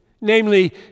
namely